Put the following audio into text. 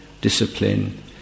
discipline